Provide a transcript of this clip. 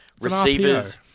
receivers